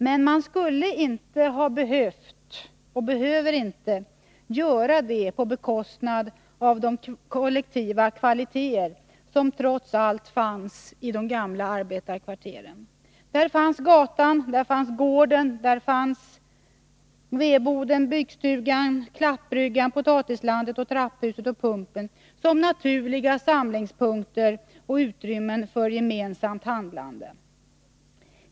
Men man skulle inte ha behövt och behöver inte göra det på bekostnad av de kollektiva kvaliteter som trots allt fanns i de gamla arbetarkvarteren. Där fanns gatan, gården, vedboden, bykstugan, klappbryggan, potatislandet, trapphuset och pumpen som naturliga samlingspunkter och utrymmen för gemensamt handlande.